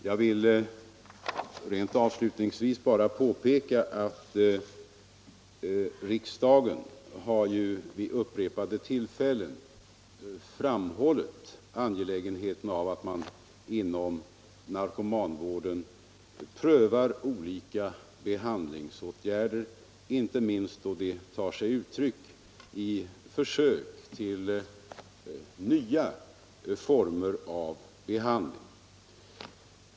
Jag vill avslutningsvis påpeka att riksdagen vid upprepade tillfällen har framhållit angelägenheten av att man inom narkomanvården prövar olika behandlingsåtgärder, inte minst då de tar sig uttryck i försök till nya former av behandling.